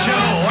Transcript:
Joe